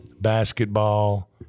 basketball